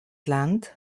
land